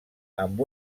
amb